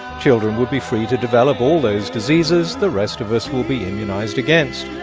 children would be free to develop all those diseases the rest of us will be immunized against.